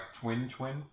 twin-twin